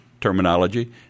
terminology